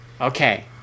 okay